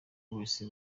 wese